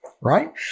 right